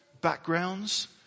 backgrounds